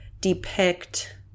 depict